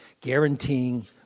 guaranteeing